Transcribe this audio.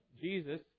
Jesus